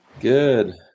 Good